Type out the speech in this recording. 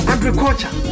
Agriculture